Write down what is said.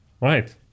Right